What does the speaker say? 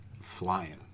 flying